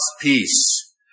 peace